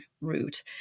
route